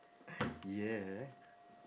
yeah